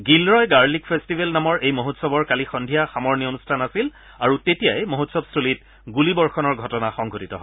Gilroy garlic festival নামৰ এই মহোৎসৱৰ কালি সন্ধিয়া সামৰণি আছিল আৰু তেতিয়াই মহোৎসৱস্থলীত গুলিবৰ্ষণৰ ঘটনা সংঘটিত হয়